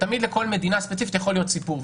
לכל מדינה ספציפית תמיד יכול להיות סיפור,